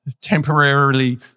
temporarily